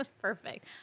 perfect